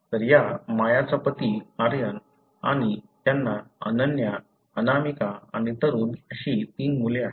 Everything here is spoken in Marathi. तर या मायाचा पती आर्यन आणि त्यांना अनन्या अनामिका आणि तरुण अशी तीन मुले आहेत